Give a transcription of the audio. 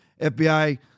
FBI